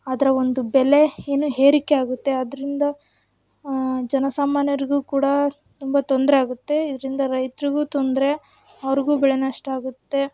ಅದರ ಒಂದು ಬೆಲೆ ಏನು ಏರಿಕೆ ಆಗುತ್ತೆ ಅದರಿಂದ ಜನಸಾಮಾನ್ಯರಿಗೂ ಕೂಡ ತುಂಬ ತೊಂದರೆ ಆಗುತ್ತೆ ಇದರಿಂದ ರೈತರಿಗೂ ತೊಂದರೆ ಅವ್ರಿಗೂ ಬೆಲೆ ನಷ್ಟ ಆಗುತ್ತೆ